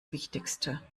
wichtigste